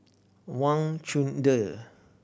Wang Chunde